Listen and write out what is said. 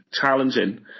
challenging